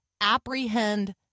apprehend